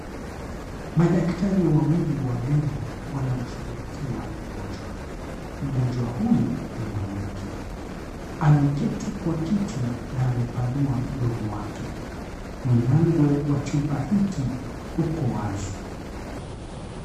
Madaktari wawili wa meno wanamshughulikia mgonjwa, mgonjwa huyu ni mwanamke, ameketi kwa kiti na amepanua mdomo wake, mlango wa chumba hiki uko wazi.